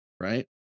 right